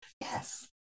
Yes